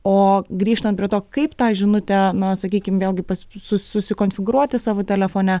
o grįžtant prie to kaip tą žinutę na sakykim vėlgi pas su sukonfigūruoti savo telefone